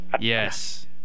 Yes